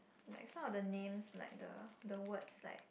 like some of the names like the the words like